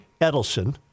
Edelson